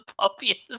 puppy